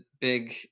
big